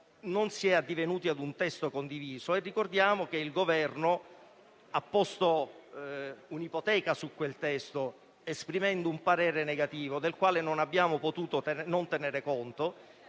non si è addivenuti ad un testo condiviso e ricordiamo che il Governo ha posto un'ipoteca su quel testo esprimendo un parere negativo del quale non abbiamo potuto non tenere conto,